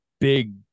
big